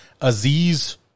Aziz